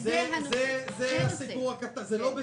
זה לא בסדר.